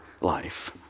life